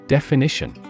Definition